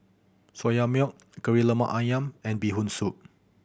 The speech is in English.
Soya Milk Kari Lemak Ayam and Bee Hoon Soup